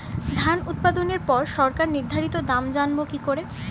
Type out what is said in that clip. ধান উৎপাদনে পর সরকার নির্ধারিত দাম জানবো কি করে?